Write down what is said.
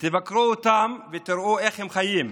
תבקרו אותם ותראו איך הם חיים,